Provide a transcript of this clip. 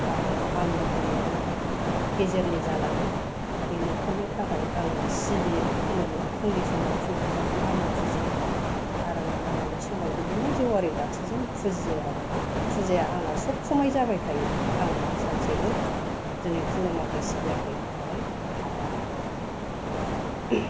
आरो आंनि हयैबो गेजेरनि जानानै बे नखरनि थाखाय आङो सिबियो खुलुमो फुंनि समाव आङो फुल प्रसादजों आङो फुजियो आरो मोनानि समाव बिदिनो जेवारि बाथिजों फुजियो आरो फुजाया आंना सब समाय जाबाय थायो आं सानसेबो दिनै खुलुमाखै सिबियाखै होननानै थाया आरो दा